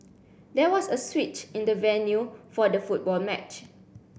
there was a switch in the venue for the football match